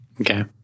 Okay